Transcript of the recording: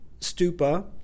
Stupa